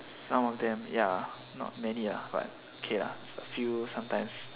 some of them ya not many ah but okay lah a few sometimes